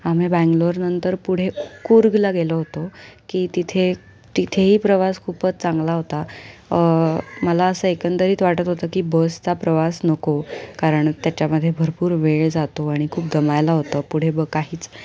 आम्ही बंगलोरनंतर पुढे कूर्गला गेलो होतो की तिथे तिथेही प्रवास खूपच चांगला होता मला असं एकंदरीत वाटत होतं की बसचा प्रवास नको कारण त्याच्यामध्ये भरपूर वेळ जातो आणि खूप दमायला होतं पुढे ब काहीच